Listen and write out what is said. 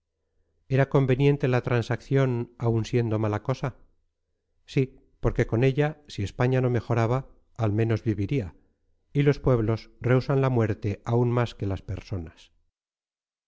era conveniente la transacción aun siendo mala cosa sí porque con ella si españa no mejoraba al menos viviría y los pueblos rehúsan la muerte aún más que las personas